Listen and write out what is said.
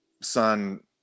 son